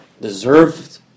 deserved